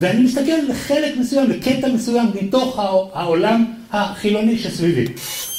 ואני מסתכל על חלק מסוים וקטע מסוים מתוך העולם החילוני שסביבי.